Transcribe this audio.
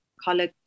color